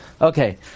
Okay